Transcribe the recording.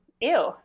Ew